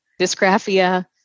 dysgraphia